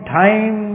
time